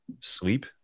sleep